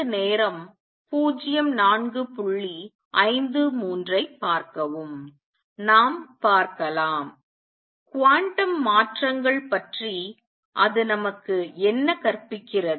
நாம் பார்க்கலாம் குவாண்டம் மாற்றங்கள் பற்றி அது நமக்கு என்ன கற்பிக்கிறது